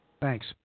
Thanks